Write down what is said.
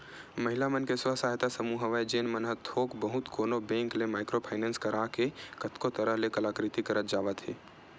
महिला मन के स्व सहायता समूह हवय जेन मन ह थोक बहुत कोनो बेंक ले माइक्रो फायनेंस करा के कतको तरह ले कलाकृति करत जावत हे